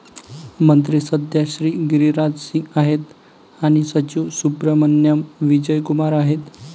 मंत्री सध्या श्री गिरिराज सिंग आहेत आणि सचिव सुब्रहमान्याम विजय कुमार आहेत